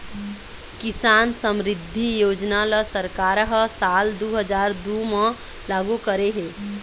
किसान समरिद्धि योजना ल सरकार ह साल दू हजार दू म लागू करे हे